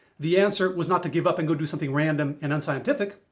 the answer was not to give up and go do something random and unscientific,